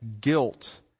guilt